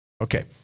Okay